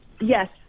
Yes